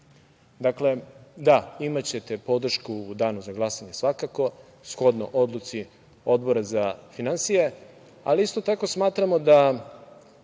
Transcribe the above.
tela. Dakle, imaćete podršku u danu za glasanje svakako, shodno odluci Odbora za finansije, ali isto tako smatramo da